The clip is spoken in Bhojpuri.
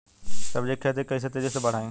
सब्जी के खेती के कइसे तेजी से बढ़ाई?